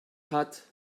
hat